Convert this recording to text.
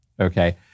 okay